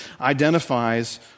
identifies